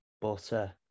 Butter